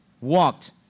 walked